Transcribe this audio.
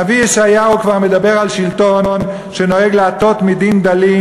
הנביא ישעיהו כבר מדבר על שלטון שנוהג "להטות מדין דלים